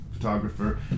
photographer